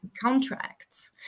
contracts